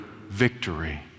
victory